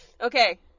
Okay